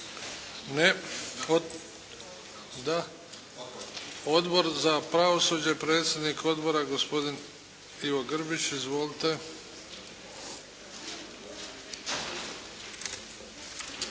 Da. Odbor za pravosuđe. Predsjednik odbora gospodin Ivo Grbić. Izvolite.